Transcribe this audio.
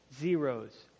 zeros